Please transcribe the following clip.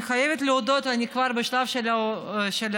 אני חייבת להודות, אני כבר בשלב של להודות,